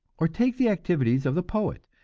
or take the activities of the poet.